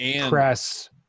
press